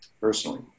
personally